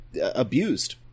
abused